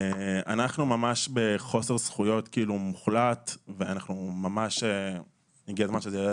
אנחנו ממש בחוסר זכויות מוחלט והגיע הזמן שזה יעלה